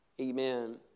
amen